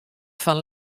fan